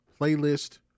playlist